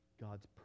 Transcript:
God's